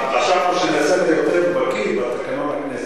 חשבתי שנעשית יותר בקי בתקנון הכנסת.